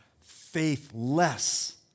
faithless